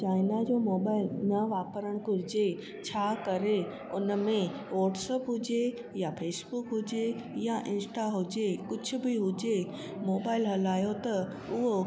China जो mobile न वापिरणु घुरिजे छा करे उन में वॉट्सप हुजे या फेसबुक हुजे या इंस्टा हुजे कुझ बि हुजे मोबाइल हलायो त उहो